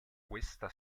questa